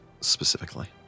specifically